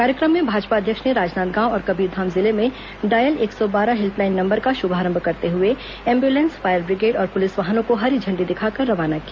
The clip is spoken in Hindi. कार्यक्रम में भाजपा अध्यक्ष ने राजनांदगांव और कबीरधाम जिले में डॉयल एक सौ बारह हेल्पलाइन नंबर का शुभारंभ करते हुए एंबुलेंस फायर बिग्रेड और पुलिस वाहनों को हरी झंडी दिखाकर रवाना किया